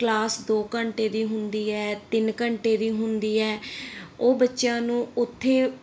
class ਦੋ ਘੰਟੇ ਦੀ ਹੁੰਦੀ ਹੈ ਤਿੰਨ ਘੰਟੇ ਦੀ ਹੁੰਦੀ ਹੈ ਉਹ ਬੱਚਿਆਂ ਨੂੰ ਉੱਥੇ